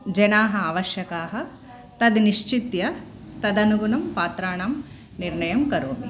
जनाः आवश्यकाः तद् निश्चित्य तदनुगुणं पात्राणां निर्णयं करोमि